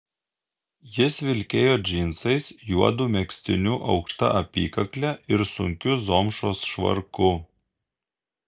jis vilkėjo džinsais juodu megztiniu aukšta apykakle ir sunkiu zomšos švarku